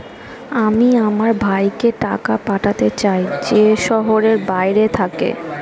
আমি আমার ভাইকে টাকা পাঠাতে চাই যে শহরের বাইরে থাকে